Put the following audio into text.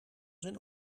zijn